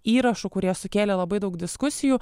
įrašų kurie sukėlė labai daug diskusijų